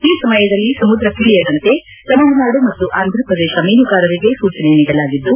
ಈ ಸಮಯದಲ್ಲಿ ಸಮುದ್ರಕ್ಕಿಳಿಯದಂತೆ ತಮಿಳುನಾಡು ಮತ್ತು ಆಂಧ್ರಪ್ರದೇಶ ಮೀನುಗಾರರಿಗೆ ಸೂಚನೆ ನೀಡಲಾಗಿದ್ದು